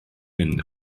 mynd